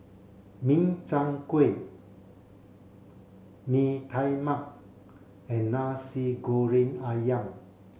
Min Chiang Kueh Mee Tai Mak and Nasi Goreng Ayam